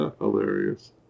Hilarious